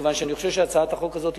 מכיוון שאני חושב שהצעת החוק הזו חשובה,